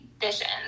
conditions